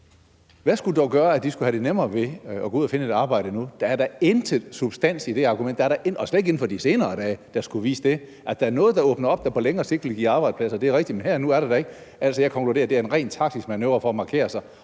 især ufaglærte, skulle have lidt nemmere ved at gå ud og finde et arbejde nu? Der er da ingen substans i det argument. Der er da intet, og slet ikke inden for de senere dage, der skulle vise det. Altså, der er noget, der åbner op, der på længere sigt vil give arbejdspladser – det er rigtigt – men her og nu er der da ikke. Jeg konkluderer, at det her er en rent taktisk manøvre for at markere sig